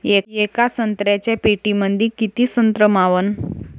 येका संत्र्याच्या पेटीमंदी किती संत्र मावन?